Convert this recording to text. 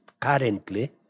currently